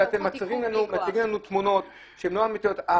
מציגים לנו תמונות שאינן אמיתיות.